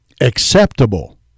acceptable